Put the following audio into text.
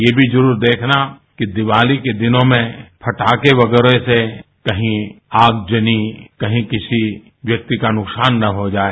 ये भी जरूर देखना कि दिवाली के दिनों में पटाखे वगैरह से कहीं आगजनी कहीं किसी व्यक्ति का नुकसान न हो जाए